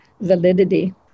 validity